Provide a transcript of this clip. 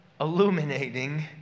illuminating